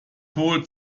holt